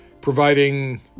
providing